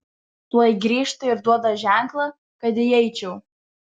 tuoj grįžta ir duoda ženklą kad įeičiau